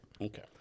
Okay